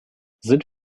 sind